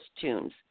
tunes